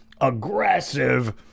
aggressive